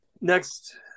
Next